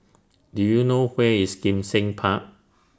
Do YOU know Where IS Kim Seng Park